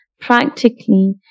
practically